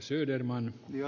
arvoisa puhemies